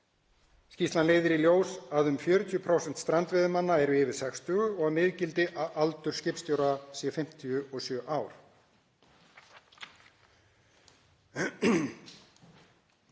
Skýrslan leiðir í ljós að um 40% strandveiðimanna eru yfir sextugu og miðgildi aldurs skipstjóra sé 57 ár.